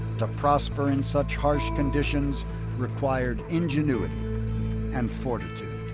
to prosper in such harsh conditions required ingenuity and fortitude.